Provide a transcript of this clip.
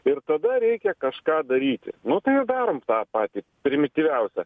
ir tada reikia kažką daryti nu tai darome tą patį primityviausią